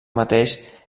mateix